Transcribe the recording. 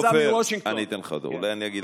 אז אני מציע לך להירגע.